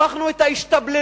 הפכנו את ההשתבללות,